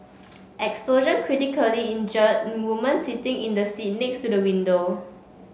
explosion critically injured woman sitting in the seat next to the window